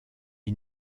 ils